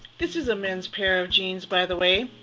this is a men's pair of jeans, by the way.